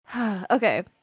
Okay